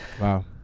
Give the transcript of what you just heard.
Wow